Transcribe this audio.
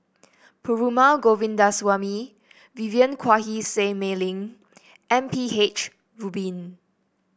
Perumal Govindaswamy Vivien Quahe Seah Mei Lin and M P H Rubin